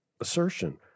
assertion